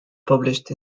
published